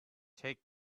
take